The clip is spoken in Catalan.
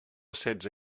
setze